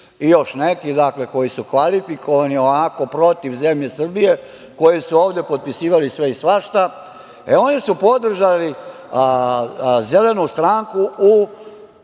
i još neki koji su kvalifikovani onako protiv zemlje Srbije, koji su ovde potpisavali sve i svašta. E onisu podržali zelenu stranku u